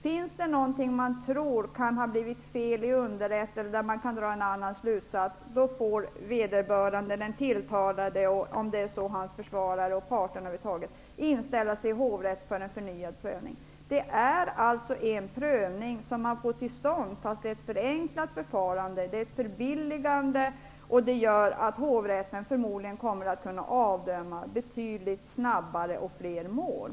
Finns det någonting som man tror kan ha blivit fel i underrätten, dvs. att man kan dra en annan slutsats, får vederbörande -- den tilltalade, hans försvarare och parterna över huvud taget -- inställa sig i hovrätt för en förnyad prövning. Det är en prövning som kommer till stånd fastän det är ett förenklat förfarande. Det gör att det blir billigare, och hovrätten kommer förmodligen snabbare att kunna avdöma fler mål.